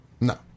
No